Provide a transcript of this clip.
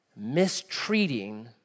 mistreating